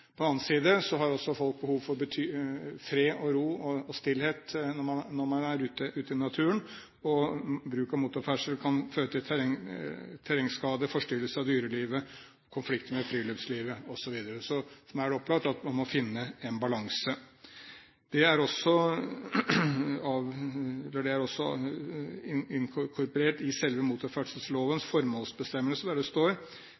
På den annen side har også folk behov for fred og ro og stillhet når man er ute i naturen, og motorferdsel kan føre til terrengskade, forstyrrelse av dyrelivet, konflikt med friluftslivet osv., så for meg er det opplagt at man må finne en balanse. Det er også inkorporert i selve motorferdslovens formålsbestemmelse, der det står: